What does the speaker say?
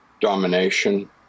domination